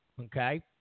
Okay